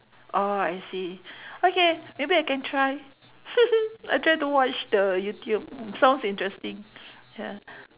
oh I see okay maybe I can try I try to watch the youtube sounds interesting ya